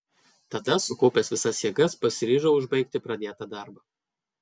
tada sukaupęs visas jėgas pasiryžau užbaigti pradėtą darbą